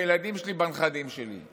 בילדים שלי ובנכדים שלי,